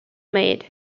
made